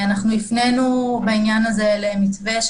אנחנו הפנינו בעניין זה למתווה דרך,